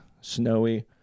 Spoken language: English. snowy